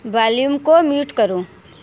volume को mute करो